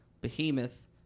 Behemoth